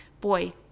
boy